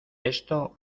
esto